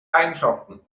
eigenschaften